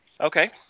Okay